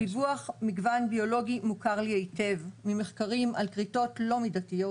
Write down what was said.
דיווח מגוון ביולוגי מוכר לי היטב ממחקרים על כריתות לא מידתיות